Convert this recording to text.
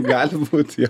gali būt jo